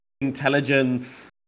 intelligence